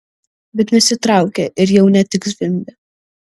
bet nesitraukia ir jau ne tik zvimbia